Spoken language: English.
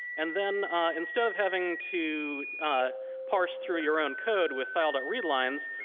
and then instead of having to parse through your own code with file that relines,